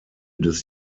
des